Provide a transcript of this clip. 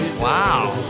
Wow